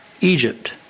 Egypt